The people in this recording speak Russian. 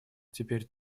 теперь